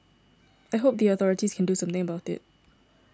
I hope the authorities can do something about it